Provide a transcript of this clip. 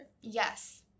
Yes